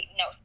no